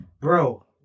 Bro